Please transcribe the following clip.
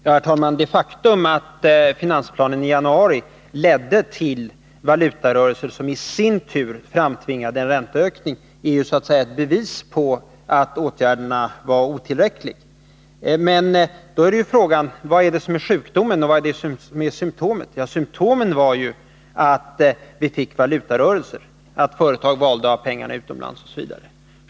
Herr talman! Det faktum att finansplanen i januari ledde till valutarörelser som i sin tur framtvingade en ränteökning är ju ett bevis på att åtgärderna var otillräckliga. Men då är frågan: Vad är det som är sjukdomen och vad är det som är symtomet? Symtomet var att vi fick valutarörelser, att företag valde att ha pengarna utomlands osv.